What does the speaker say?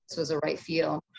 so was a right feel.